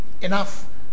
enough